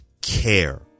care